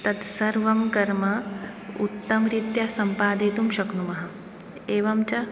तत्सर्वं कर्म उत्तमरीत्या सम्पादयितुं शक्नुमः एवञ्च